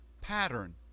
pattern